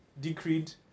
decreed